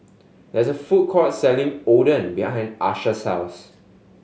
there is a food court selling Oden behind Asha's house